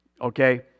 okay